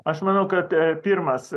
aš manau kad pirmas